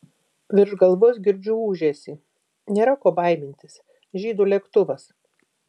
virš galvos girdžiu ūžesį nėra ko baimintis žydų lėktuvas